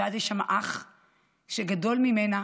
ויש שם אח שגדול ממנה